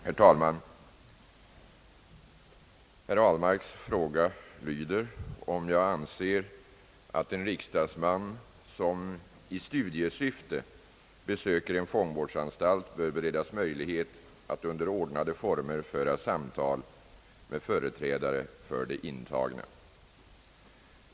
Herr talman! Herr Ahlmark har frågat mig om jag anser att en riksdagsman som i studiesyfte besöker en fångvårdsanstalt bör beredas möjlighet att under ordnade former föra samtal med företrädare för de intagna.